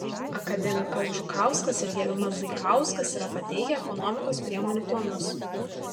akademikas žukauskas ir gerbiamas zaikauskas yra pateikę ekonomikos priemonių planus